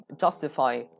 justify